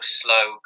slow